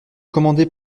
commandée